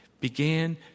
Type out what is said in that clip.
began